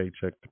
paycheck